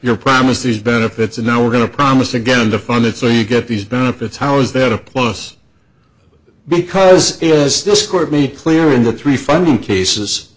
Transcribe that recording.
you're promised these benefits and now we're going to promise again to fund it so you get these benefits how is that a plus because it is still scored made clear in the three funding cases